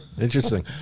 Interesting